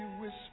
whisper